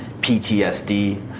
PTSD